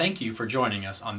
thank you for joining us on